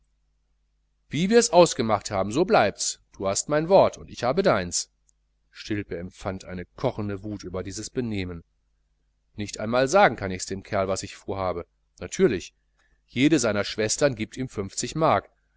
wie wirs ausgemacht haben so bleibts du hast mein wort und ich habe deins stilpe empfand eine kochende wut über dieses benehmen nicht einmal sagen kann ichs dem kerl was ich vorhabe natürlich er jede seiner schwestern giebt ihm fünfzig mark